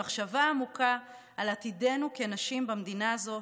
עם מחשבה עמוקה על עתידנו כנשים במדינה הזו,